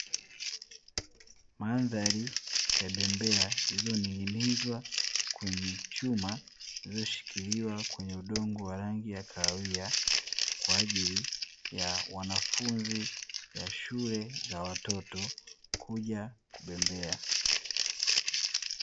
Mandhari ya bembea zilizoning'inizwa kwenye chuma zilizoshikiliwa kwenye udongo wa rangi ya kahawia, kwa ajili ya wanafunzi wa shule za watoto kuja kubembea.